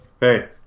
Hey